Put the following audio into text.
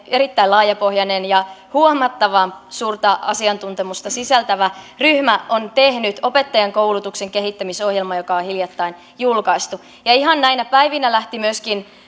erittäin laajapohjainen ja huomattavan suurta asiantuntemusta sisältävä ryhmä on tehnyt opettajankoulutuksen kehittämisohjelman joka on hiljattain julkaistu ja ihan näinä päivinä lähti myöskin